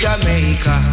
Jamaica